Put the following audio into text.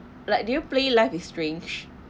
like do you play life is strange